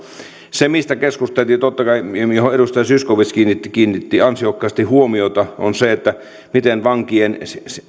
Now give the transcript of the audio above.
se mistä keskusteltiin totta kai ja mihin edustaja zyskowicz kiinnitti kiinnitti ansiokkaasti huomiota on se onko vankien